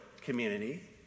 community